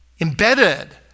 embedded